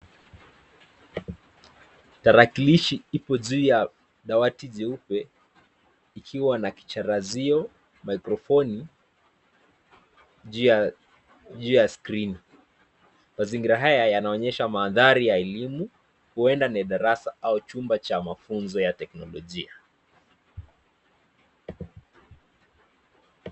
Tarakillishi hipo juu ya dawati jeupe ikiwa na jarazio macraponi juu ya skrini mazingira haya yanaonyesha mandhari ya elimu uenda ni darasa au chumba cha mafunzo ya kiteknolojia.